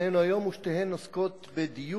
לפנינו היום, ושתיהן עוסקות בדיור.